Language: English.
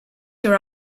your